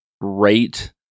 rate